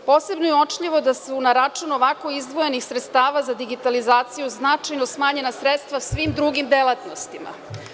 Posebno je uočljivo da su na račun ovako izdvojenih sredstava za digitalizaciju značajno smanjena sredstva svim drugim delatnostima.